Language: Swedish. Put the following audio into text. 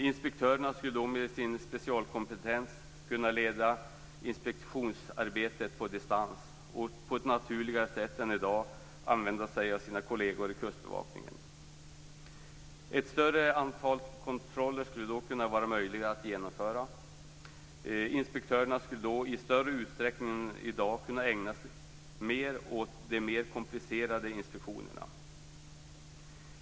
Inspektörerna skulle då med sin specialkompetens kunna leda inspektionsarbetet på distans och på ett naturligare sätt än i dag använda sig av sina kolleger i Kustbevakningen. Det skulle vara möjligt att genomföra ett större antal kontroller. Inspektörerna skulle i större utsträckning än i dag kunna ägna sig mer åt de mer komplicerade inspektionerna.